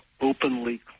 openly